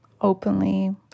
openly